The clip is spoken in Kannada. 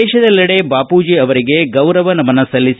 ದೇಶದೆಲ್ಲಿಡೆ ಬಾಪೂಜಿ ಅವರಿಗೆ ಗೌರವ ನಮನ ಸಲ್ಲಿಸಿ